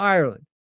Ireland